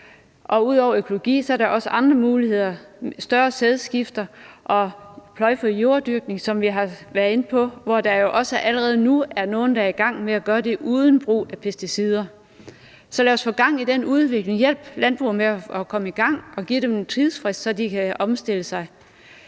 Ud over økologien er der også andre muligheder – større sædskifter og pløjefri jorddyrkning, som vi har været inde på, og hvor der jo også allerede nu er nogle, der er i gang med at gøre det uden brug af pesticider. Så lad os få gang i den udvikling og hjælpe landbruget med at komme i gang og give dem en tidsfrist, så de kan omstille sig.